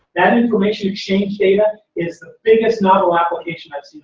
that information exchange data is the biggest novel application i've